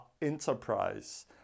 Enterprise